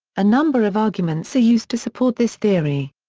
a number of arguments are used to support this theory.